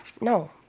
No